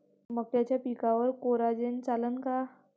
मक्याच्या पिकावर कोराजेन चालन का?